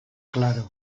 claro